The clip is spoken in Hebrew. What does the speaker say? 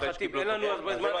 חבר הכנסת סובה, אין לנו זמן.